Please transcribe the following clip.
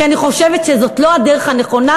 כי אני חושבת שזאת לא הדרך הנכונה,